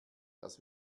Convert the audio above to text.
das